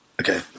Okay